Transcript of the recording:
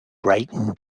brighton